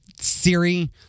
Siri